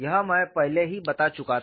यह मैं पहले ही बता चुका था